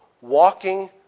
Walking